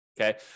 Okay